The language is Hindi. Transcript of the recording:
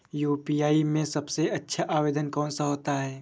यू.पी.आई में सबसे अच्छा आवेदन कौन सा होता है?